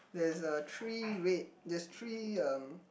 there is a three red there is three um